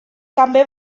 també